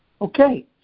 okay